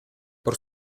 por